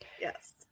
Yes